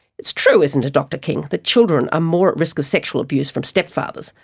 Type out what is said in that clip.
it's true, isn't it dr king, that children are more at risk of sexual abuse from stepfathers,